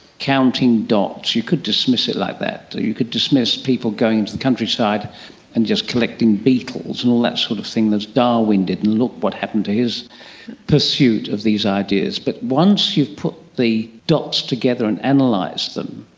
counting dots, you could dismiss it like that. you you could dismiss people going into the countryside and just collecting beetles and all that sort of thing as darwin did, and look what happened to his pursuit of these ideas. but once you put the dots together and analyse like them,